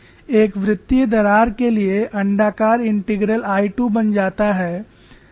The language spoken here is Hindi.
एक वृत्तीय दरार के लिए अण्डाकार इंटीग्रल I 2 बन जाता है से पाई2